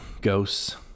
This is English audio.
ghosts